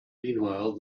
meanwhile